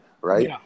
right